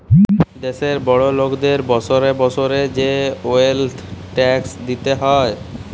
দ্যাশের বড় লকদের বসরে বসরে যে ওয়েলথ ট্যাক্স দিতে হ্যয়